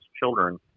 children